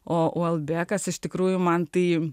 iš tikrųjų man tai